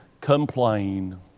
complain